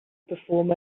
perform